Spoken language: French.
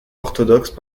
orthodoxe